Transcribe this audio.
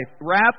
Wrath